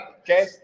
Okay